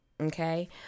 Okay